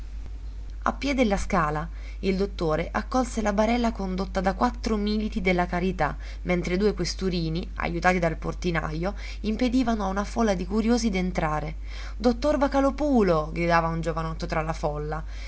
a piè della scala il dottore accolse la barella condotta da quattro militi della carità mentre due questurini ajutati dal portinajo impedivano a una folla di curiosi d'entrare dottor vocalòpulo gridava un giovanotto tra la folla